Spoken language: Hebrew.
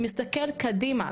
שמסתכל קדימה,